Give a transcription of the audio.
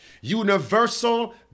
Universal